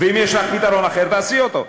ואם יש לך פתרון אחר, תעשי אותו.